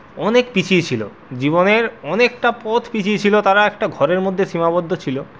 অনেক পিছিয়ে ছিল জীবনের অনেকটা পথ পিছিয়ে ছিল তারা একটা ঘরের মধ্যে সীমাবদ্ধ ছিল